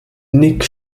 nick